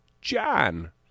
John